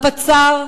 לפצ"ר,